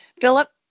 Philip